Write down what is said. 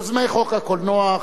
יוזמי חוק הקולנוע,